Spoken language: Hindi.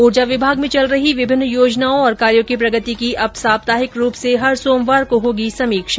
ऊर्जा विभाग में चल रही विभिन्न योजनाओं और कार्यों की प्रगति की अब साप्ताहिक रुप से हर सोमवार को होगी समीक्षा